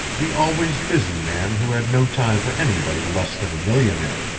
the always-busy man who had no time for anybody less than a millionaire.